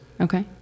Okay